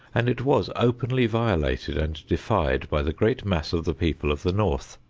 and it was openly violated and defied by the great mass of the people of the north.